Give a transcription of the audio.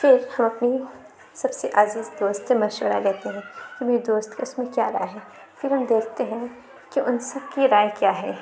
پھر ہم اپنے سب سے عزیز دوست سے مشورہ لیتے ہیں کہ میری دوست کی اِس میں کیا رائے ہے پھر ہم دیکھتے ہیں کہ اُن سب کی رائے کیا ہے